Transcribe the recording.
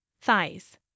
thighs